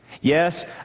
Yes